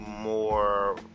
more